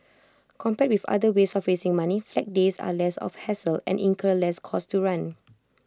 compared with other ways of raising money Flag Days are less of A hassle and incur less cost to run